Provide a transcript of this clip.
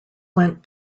went